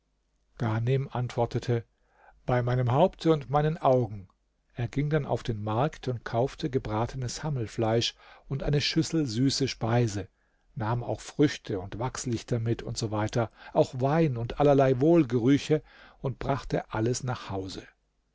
ghanem antwortete bei meinem haupte und meinen augen er ging dann auf den markt und kaufte gebratenes hammelfleisch und eine schüssel süße speise nahm auch früchte und wachslichter mit usw auch wein und allerlei wohlgerüche und brachte alles nach hause